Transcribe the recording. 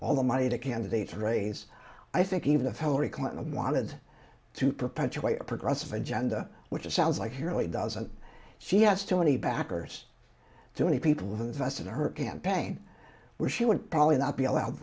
all the money to candidates raise i think even if hillary clinton wanted to perpetuate a progressive agenda which it sounds like he really doesn't she has too many backers too many people with vested in her campaign where she would probably not be allowed